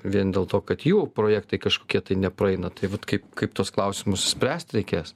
vien dėl to kad jų projektai kažkokie tai nepraeina taip vat kaip kaip tuos klausimus spręst reikės